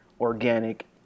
organic